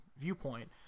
viewpoint